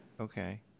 Okay